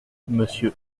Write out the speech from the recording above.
monsieur